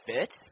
fit